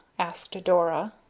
asked dora.